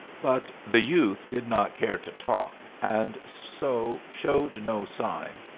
but the youth did not care to talk, and so showed no sign.